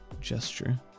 gesture